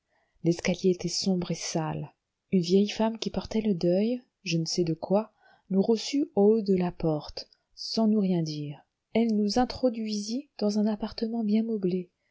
l'escalier était sombre et sale une vieille femme qui portait le deuil je ne sais de quoi nous reçut au haut de la porte sans nous rien dire elle nous introduisit dans un appartement bien meublé